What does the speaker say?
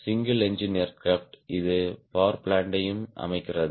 single engine aircraft இது power பிளான்ட்யும் அமைக்கிறது